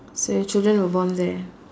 so your children were born there